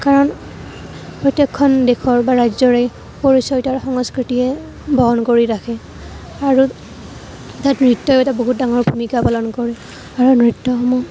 কাৰণ প্ৰত্যেকখন দেশৰ বা ৰাজ্যৰে পৰিচয় তাৰ সংস্কৃতিয়ে বহন কৰি ৰাখে আৰু তাত নৃত্যইও এটা বহুত ডাঙৰ ভূমিকা পালন কৰে কাৰণ নৃত্যসমূহ